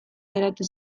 geratu